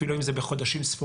אפילו אם זה בחודשים ספורים,